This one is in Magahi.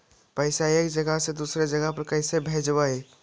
पैसा एक जगह से दुसरे जगह कैसे भेजवय?